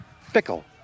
fickle